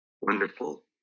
wonderful